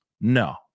No